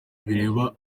bireba